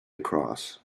across